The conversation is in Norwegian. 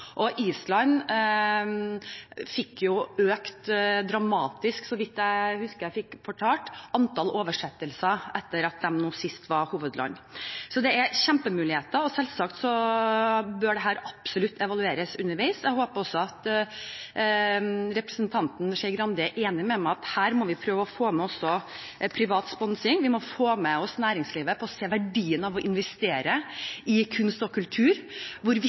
Island fikk – så vidt jeg husker å ha fått fortalt – dramatisk økt antallet oversettelser etter at de nå sist var hovedland. Så det er kjempemuligheter, og dette bør absolutt evalueres underveis. Jeg håper også at representanten Skei Grande er enig med meg i at vi også må prøve å få med privat sponsing. Vi må få med oss næringslivet på å se verdiene av å investere i kunst og kultur, hvor